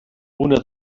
una